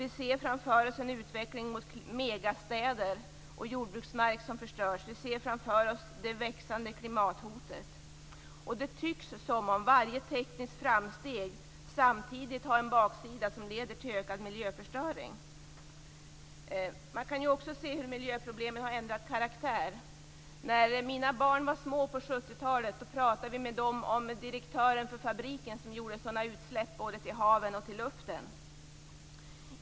Vi ser framför oss en utveckling mot megastäder och jordbruksmark som förstörs. Vi ser framför oss det växande klimathotet. Det tycks som om varje tekniskt framsteg samtidigt har en baksida som leder till ökad miljöförstöring. Det går också att se hur miljöproblemen har ändrat karaktär. När mina barn var små på 70-talet talade vi med dem om direktören för fabriken som lät göra så stora utsläpp till havet och luften.